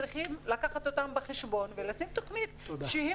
צריכים לקחת אותם בחשבון ולשים תוכנית שהיא